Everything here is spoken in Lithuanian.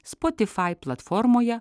spotifai platformoje